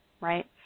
right